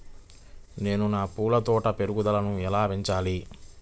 నేను నా పూల తోట పెరుగుదలను ఎలా పెంచాలి?